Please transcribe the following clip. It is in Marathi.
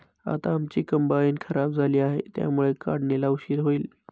आता आमची कंबाइन खराब झाली आहे, त्यामुळे काढणीला उशीर होईल